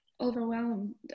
overwhelmed